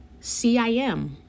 CIM